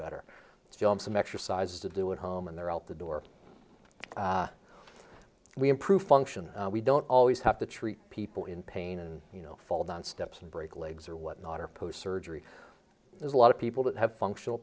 better film some exercises to do at home and they're out the door we improve function we don't always have to treat people in pain and you know fall down steps and break legs or what not or post surgery there's a lot of people that have functional